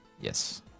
Yes